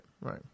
right